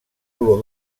olor